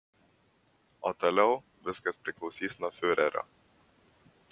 o toliau viskas priklausys nuo fiurerio